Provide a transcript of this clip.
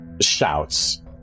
shouts